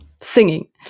singing